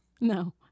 No